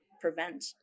prevent